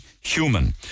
human